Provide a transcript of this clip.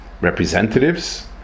representatives